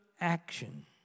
action